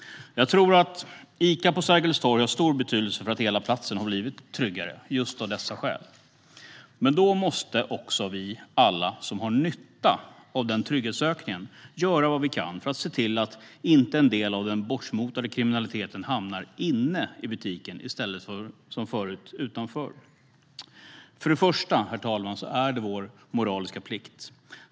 Jag tror att Ica på Sergels torg har stor betydelse för att hela platsen har blivit tryggare - just av dessa skäl. Men då måste också alla vi som har nytta av den trygghetsökningen göra vad vi kan för att se till att inte en del av den bortmotade kriminaliteten hamnar inne i butiken i stället för som förut utanför. För det första, herr talman, är det vår moraliska plikt.